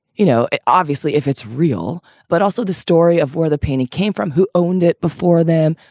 you know, it obviously, if it's real. but also the story of where the painting came from, who owned it before them.